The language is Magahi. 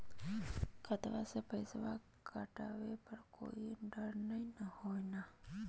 खतबा से पैसबा कटाबे पर कोइ डर नय हय ना?